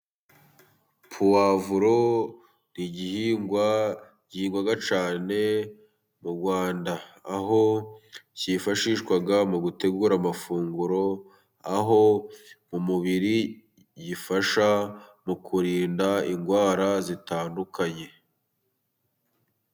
Puwavuro ni igihingwa gihingwagwa cyane mu Rwanda, aho cyifashishwa mu gutegura amafunguro, aho mu umubiri uyifasha mu kurinda indwara zitandukanye.